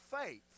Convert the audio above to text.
faith